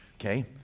Okay